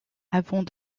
avant